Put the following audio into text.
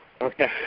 Okay